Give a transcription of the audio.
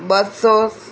બસ્સોસ